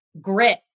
grit